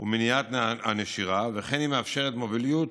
ובמניעת הנשירה, וכן היא מאפשרת מוביליות